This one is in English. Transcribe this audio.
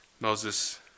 Moses